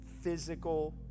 physical